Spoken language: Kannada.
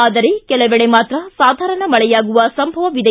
ಆದರೆ ಕೆಲವೆಡೆ ಮಾತ್ರ ಸಾಧಾರಣ ಮಳೆಯಾಗುವ ಸಂಭವವಿದೆ